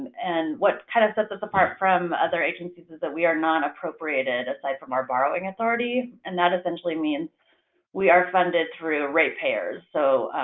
and what kind of sets us apart from other agencies is that we are non-appropriated aside from our borrowing authority. and that essentially means we are funded through rate payers. so,